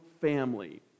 family